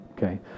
Okay